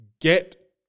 get